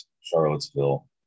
Charlottesville